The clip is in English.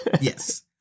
Yes